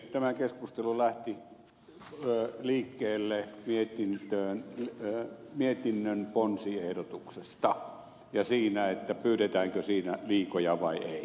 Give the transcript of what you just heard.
tämä keskustelu lähti liikkeelle mietinnön ponsiehdotuksesta ja siitä pyydetäänkö siinä liikoja vai ei